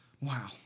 Wow